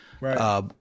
Right